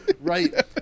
right